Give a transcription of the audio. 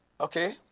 okay